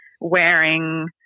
wearing